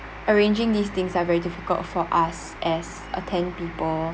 arranging these things are very difficult for us as a ten people